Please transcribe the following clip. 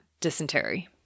dysentery